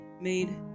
made